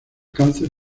cáncer